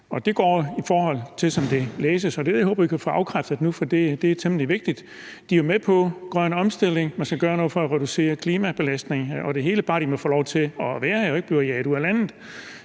det er i forhold til det, der kan læses, så det håber jeg vi kan få afkræftet nu, for det er temmelig vigtigt. De er jo med på grøn omstilling, at man skal gøre noget for at reducere klimabelastningen og det hele, bare de må få lov til at være her og ikke bliver jaget ud af landet.